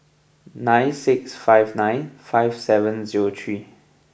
nine six five nine five seven zero three